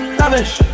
lavish